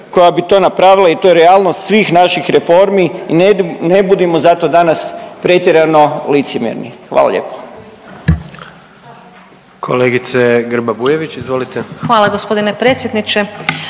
koja bi to napravila i to je realnost svih naših reformi i ne budimo zato danas pretjerano licemjerni. Hvala lijepo.